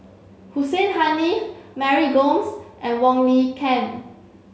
Hussein Haniff Mary Gomes and Wong Lin Ken